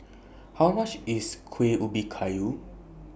How much IS Kuih Ubi Kayu